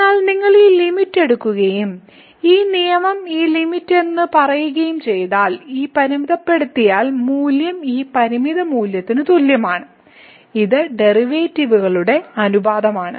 എന്നാൽ നിങ്ങൾ ഈ ലിമിറ്റ് എടുക്കുകയും ഈ നിയമം ഈ ലിമിറ്റ് എന്ന് പറയുകയും ചെയ്താൽ ഈ പരിമിതപ്പെടുത്തൽ മൂല്യം ഈ പരിമിത മൂല്യത്തിന് തുല്യമാണ് ഇത് ഡെറിവേറ്റീവുകളുടെ അനുപാതമാണ്